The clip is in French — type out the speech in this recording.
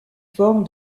forme